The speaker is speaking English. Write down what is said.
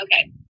Okay